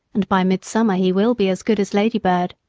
and by mid-summer he will be as good as ladybird.